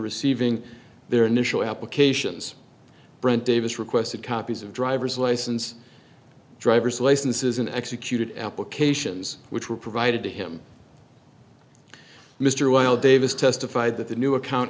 receiving their initial applications brant davis requested copies of driver's license driver's licenses an executed applications which were provided to him mr while davis testified that the new account